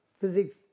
physics